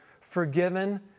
forgiven